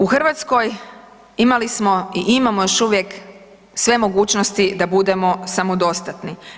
U Hrvatskoj imali smo i imamo još uvijek, sve mogućnosti da budemo samodostatni.